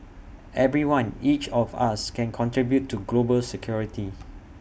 everyone each of us can contribute to global security